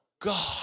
God